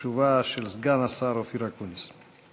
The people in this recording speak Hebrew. תשובה של סגן השר אופיר אקוניס.